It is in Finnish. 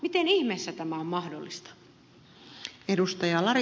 miten ihmeessä tämä on mahdollista